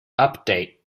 update